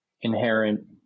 inherent